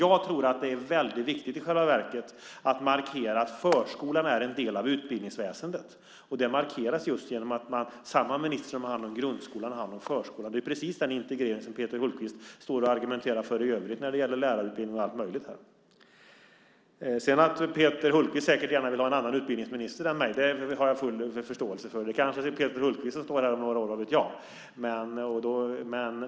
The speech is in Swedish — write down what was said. Jag tror att det i själva verket är väldigt viktigt att markera att förskolan är en del av utbildningsväsendet. Det markeras just genom att den minister som har hand om grundskolan också har hand om förskolan. Det är precis den integrering som Peter Hultqvist i övrigt här argumenterar för när det gäller lärarutbildning och allt möjligt annat. Att Peter Hultqvist säkert gärna vill ha en annan utbildningsminister än mig har jag full förståelse för. Kanske är det Peter Hultqvist som om några år står på min plats - vad vet jag?